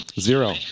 Zero